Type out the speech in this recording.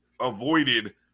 avoided –